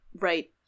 right